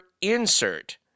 insert